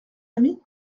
ami